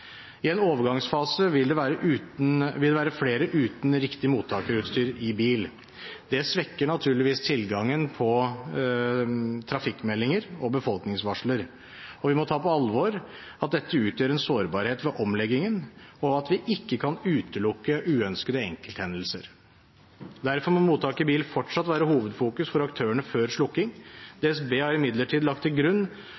I en overgangsfase vil det være flere uten riktig mottakerutstyr i bil. Det svekker naturligvis tilgangen på trafikkmeldinger og befolkningsvarsler. Vi må ta på alvor at dette utgjør en sårbarhet ved omleggingen, og at vi ikke kan utelukke uønskede enkelthendelser. Derfor må mottaker i bil fortsatt være hovedfokus for aktørene før slukking.